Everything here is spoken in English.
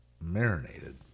Marinated